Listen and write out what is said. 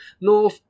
no